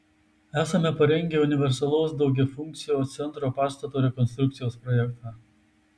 esame parengę universalaus daugiafunkcio centro pastato rekonstrukcijos projektą